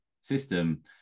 system